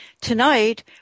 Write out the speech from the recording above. tonight